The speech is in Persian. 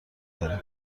داریم